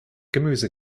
gemüse